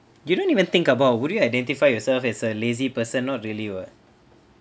you don't even think about would you identify yourself as a lazy person not really [what]